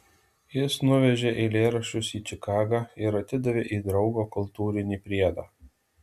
jis nuvežė eilėraščius į čikagą ir atidavė į draugo kultūrinį priedą